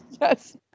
yes